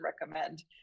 recommend